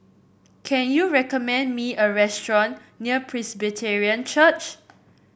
can you recommend me a restaurant near Presbyterian Church